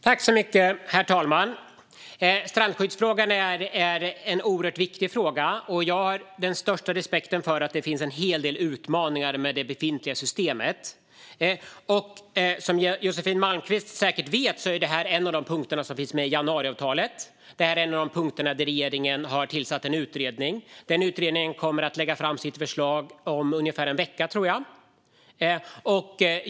Herr talman! Strandskyddsfrågan är en oerhört viktig fråga. Jag har den största respekt för att det finns en hel del utmaningar med det befintliga systemet. Som Josefin Malmqvist säkert vet är detta en av punkterna i januariavtalet, det vill säga en av de punkter där regeringen har tillsatt en utredning. Den utredningen kommer att lägga fram sitt förslag om ungefär en vecka, tror jag.